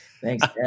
Thanks